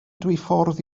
dwyffordd